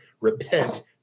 repent